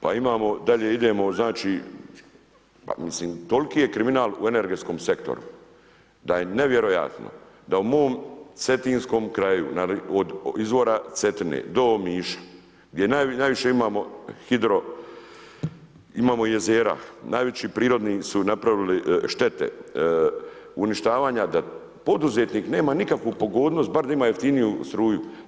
Pa imamo, dalje idemo znači, mislim toliki je kriminal u energetskom sektoru, da je nevjerojatno, da u mom cetinskom kraju, od izvora Cetine, do Omiša, gdje najviše imamo hitro, imamo jezera, najviše prirodni su napravili štete, uništavanja, da poduzetnik nema nikakvu pogodnost, bar da ima jeftiniju struju.